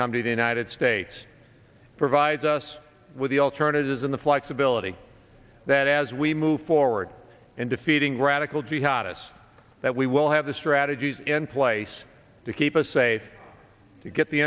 come to the united states provides us with the alternatives in the flexibility that as we move forward in defeating radical jihadists that we will have the strategies in place to keep us safe to get the